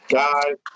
guys